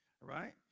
Right